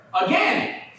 Again